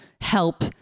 help